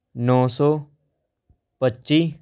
ਨੌ ਸੌ ਪੱਚੀ